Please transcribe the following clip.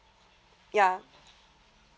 ya